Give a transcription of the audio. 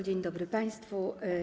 Dzień dobry państwu.